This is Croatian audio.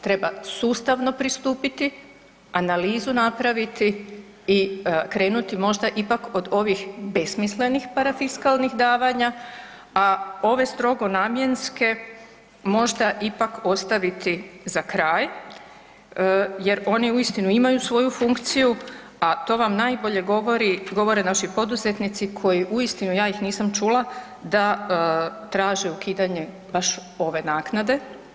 Treba sustavno pristupiti, analizu napraviti i krenuti možda ipak od ovih besmislenih parafiskalnih davanja, a ove strogo namjenske možda ipak ostaviti za kraj jer oni uistinu imaju svoju funkciju, a to vam najbolje govore naši poduzetnici koji uistinu ja ih nisam čula da traže ukidanje baš ove naknade.